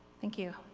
thank you.